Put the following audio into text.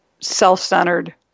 self-centered